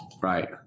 right